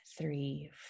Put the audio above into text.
three